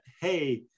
Hey